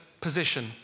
position